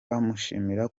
bamushimira